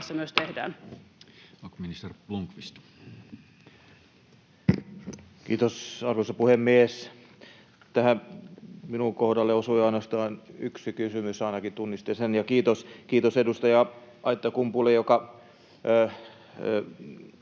Content: Kiitos, arvoisa puhemies! Tähän minun kohdalleni osui ainoastaan yksi kysymys, ainakin niin tunnistin. Kiitos edustaja Aittakummulle, joka